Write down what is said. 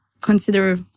consider